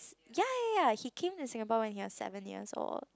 ya ya ya he came to Singapore when he was seven years old